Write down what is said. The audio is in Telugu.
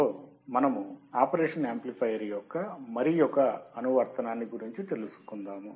మరియు ఈ ఉపన్యాసములో మనము ఆపరేషనల్ యామ్ప్లిఫయర్ యొక్క మరొక అనువర్తనాన్ని గురించి తెలుసుకుందాము